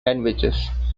languages